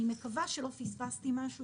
אני מקווה שלא פספסתי משהו.